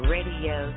Radio